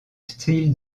steel